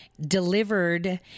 delivered